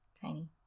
Tiny